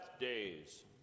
days